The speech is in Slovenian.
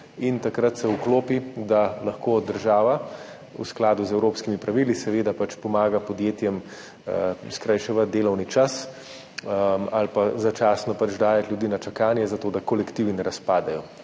in takrat se vklopi, da lahko država v skladu z evropskimi pravili seveda pomaga podjetjem skrajševati delovni čas ali pa začasno dajati ljudi na čakanje zato, da kolektivi ne razpadejo.